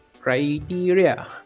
Criteria